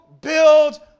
build